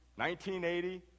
1980